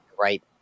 right